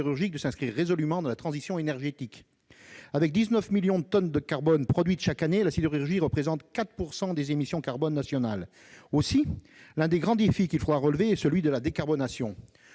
de s'inscrire résolument dans la transition énergétique. Avec 19 millions de tonnes de carbone produites chaque année, la sidérurgie représente 4 % des émissions de carbone nationales. Aussi, l'un des grands défis qu'il faudra relever est celui de la décarbonation.